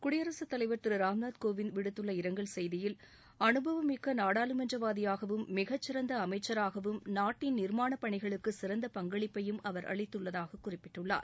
குடியரசுத் தலைவர் திரு ராம் நாத் கோவிந்த விடுத்துள்ள இரங்கல் செய்தியில் அனுபவமிக்க நாடாளுமன்றவாதியாகவும் மிகச்சிறந்த அமைச்சராகவும் நாட்டின் நிர்மாணப் பணிகளுக்கு சிறந்த பங்களிப்பையும் அவர் அளித்துள்ளதாக குறிப்பிட்டுள்ளார்